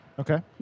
Okay